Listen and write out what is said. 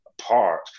apart